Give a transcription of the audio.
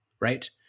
Right